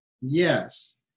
Yes